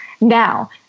now